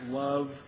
love